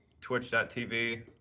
twitch.tv